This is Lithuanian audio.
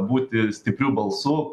būti stipriu balsu